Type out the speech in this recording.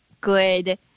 good